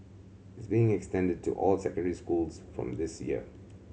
it's being extended to all secondary schools from this year